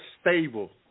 stable